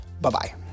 Bye-bye